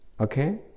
Okay